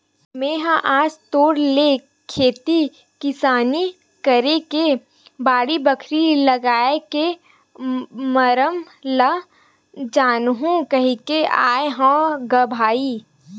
मेहा आज तोर ले खेती किसानी करे के बाड़ी, बखरी लागए के मरम ल जानहूँ कहिके आय हँव ग भाई